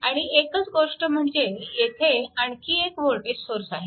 आणि एकच गोष्ट म्हणजे येथे आणखी एक वोल्टेज सोर्स आहे